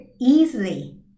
easily